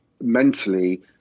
mentally